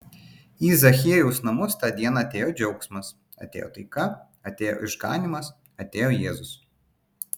į zachiejaus namus tą dieną atėjo džiaugsmas atėjo taika atėjo išganymas atėjo jėzus